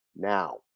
Now